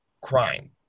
crime